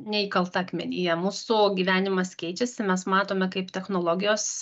neįkalta akmenyje mūsų gyvenimas keičiasi mes matome kaip technologijos